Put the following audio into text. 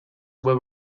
were